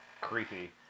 creepy